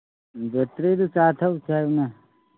ꯕꯦꯇ꯭ꯔꯤꯗꯨ ꯆꯥ ꯊꯛꯎꯁꯦ ꯍꯥꯏꯌꯨꯅꯦ